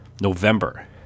November